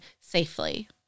safely